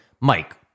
mike